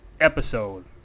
episode